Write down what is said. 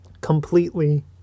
completely